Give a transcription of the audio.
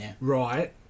right